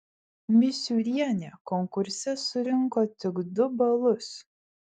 misiūrienė konkurse surinko tik du balus